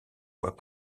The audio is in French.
voie